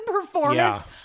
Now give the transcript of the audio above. performance